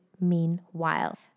meanwhile